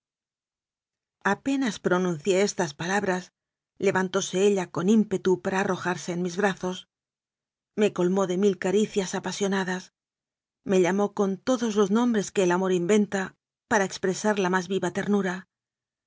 apenas pronuncié estas palabras levantóse ella con ímpetu para arrojarse en mis brazos me col mó de mil caricias apasionadas me llamó con to dos los nombres que el amor inventa para expre sar la más viva ternura